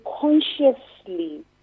consciously